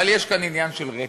אבל יש כאן עניין של רצף.